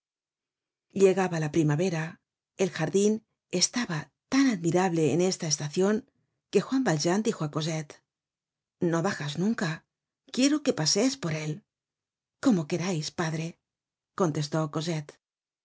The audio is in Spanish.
llegaba la primavera el jardia estaba tan admirable en esta estacion que juan valjean dijo á cosette no bajas nunca quiero que pasees por él como querais padre contestó